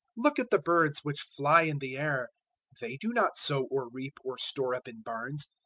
look at the birds which fly in the air they do not sow or reap or store up in barns,